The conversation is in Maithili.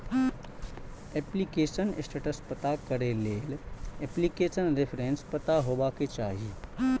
एप्लीकेशन स्टेटस पता करै लेल एप्लीकेशन रेफरेंस पता हेबाक चाही